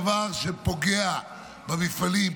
וזה דבר שפוגע במפעלים,